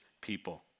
people